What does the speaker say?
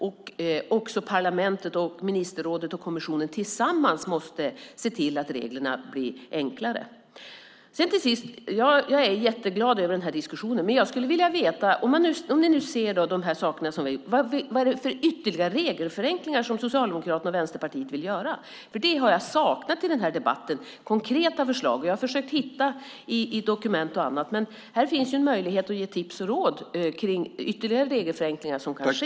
Och parlamentet, ministerrådet och kommissionen måste tillsammans se till att reglerna blir enklare. Jag är jätteglad över den här diskussionen, men jag skulle vilja veta en sak. Ni ser nu de saker som vi har gjort. Vad är det för ytterligare regelförenklingar som Socialdemokraterna och Vänsterpartiet vill göra? Jag har saknat konkreta förslag i den här debatten. Jag har försökt hitta det i dokument och annat. Men här finns en möjlighet att ge tips och råd kring ytterligare regelförenklingar som kan ske.